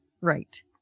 right